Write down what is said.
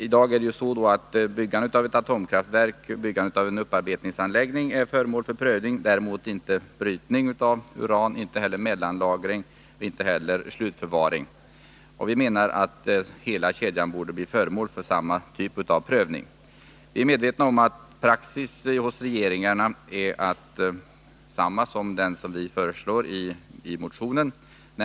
I dag prövas byggandet av atomkraftverk och upparbetningsanläggningar, däremot inte brytning av uran, mellanlagring eller slutförvaring. Vi menar att hela kedjan borde bli föremål för samma typ av prövning. Vi är medvetna om att praxis hos regeringarna har varit densamma som vi föreslår i motionen.